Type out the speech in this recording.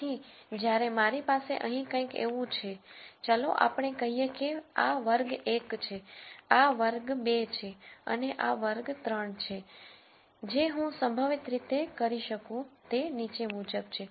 તેથી જ્યારે મારી પાસે અહીં કંઈક આવું છે ચાલો આપણે કહીએ કે આ વર્ગ 1 છે આ વર્ગ 2 છે અને આ વર્ગ 3 છે જે હું સંભવત રીતે કરી શકું તે નીચે મુજબ છે